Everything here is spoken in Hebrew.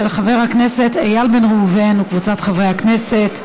של חבר הכנסת איל בן ראובן וקבוצת חברי הכנסת.